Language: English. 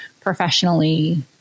professionally